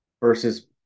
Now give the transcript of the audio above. versus